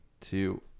two